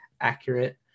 accurate